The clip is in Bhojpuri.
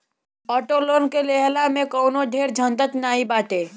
ऑटो लोन के लेहला में कवनो ढेर झंझट नाइ बाटे